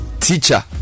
teacher